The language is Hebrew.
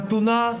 חתונה,